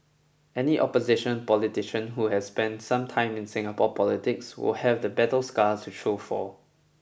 any opposition politician who has spent some time in Singapore politics will have the battle scars to show for